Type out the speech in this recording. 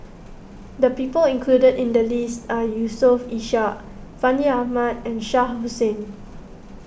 the people included in the list are Yusof Ishak Fandi Ahmad and Shah Hussain